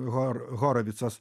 hor horovicas